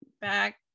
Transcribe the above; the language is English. back